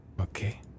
okay